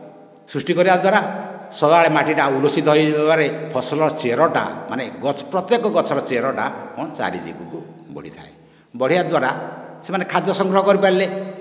ସୃଷ୍ଟି କରିବା ଦ୍ଵାରା ସଦା ବେଳେ ମାଟିଟା ଉଲ୍ଲସିତ ହୋ ଇ ରହେ ଫସଲ ଚେରଟା ମାନେ ଗଛ ପ୍ରତ୍ୟେକ ଗଛର ଚେରଟା କ'ଣ ଚାରି ଦିଗକୁ ବଢ଼ିଥାଏ ବଢ଼ିବା ଦ୍ଵାରା ସେମାନେ ଖାଦ୍ୟ ସଂଗ୍ରହ କରିପାରିଲେ